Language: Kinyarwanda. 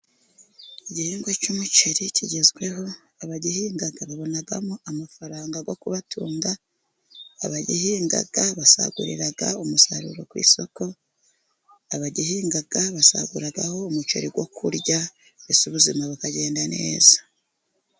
Igihingwa cy'umuceri kigezweho, abagihinga babonamo amafaranga yo kubatunga, abagihinga basagurira umusaruro ku isoko, abagihinga basaguraho umuceri wo kurya mbese ubuzima bakagenda neza.